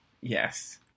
Yes